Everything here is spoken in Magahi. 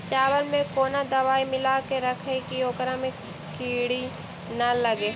चावल में कोन दबाइ मिला के रखबै कि ओकरा में किड़ी ल लगे?